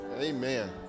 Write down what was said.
Amen